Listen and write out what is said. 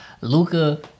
Luca